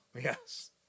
Yes